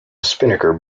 spinnaker